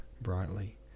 brightly